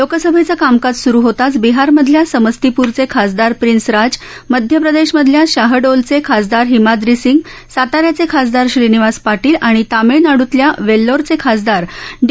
लोकसभेचं कामकाज सुरु होताच बिहारमधल्या समस्तीपूरचे खासदार प्रिन्स राज मध्य प्रदेशमधल्या शाहडोलचे खासदार हिमाद्रीसिंग साता याचे खासदार श्रीनिवास पाटील आणि तामिळनाडूतल्या वेल्लोरचे खासदार डी